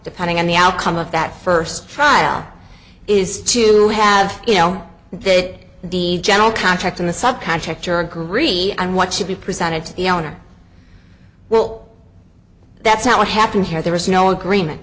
depending on the outcome of that first trial is to have you know that the general contracting the sub contractor agree on what should be presented to the owner well that's not what happened here there was no agreement